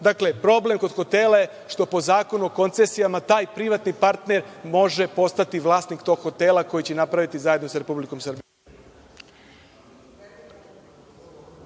problem kod hotela je što, po Zakonu o koncesijama, taj privatni partner može postati vlasnik tog hotela koji će napraviti zajedno sa Republikom Srbijom.